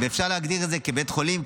אפשר להגדיר את זה כבית חולים,